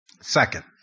Second